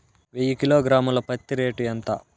వెయ్యి కిలోగ్రాము ల పత్తి రేటు ఎంత?